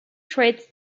traits